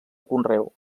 conreu